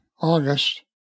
August